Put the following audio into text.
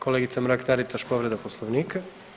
Kolegica Mrak Taritaš povreda poslovnika.